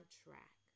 track